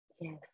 Yes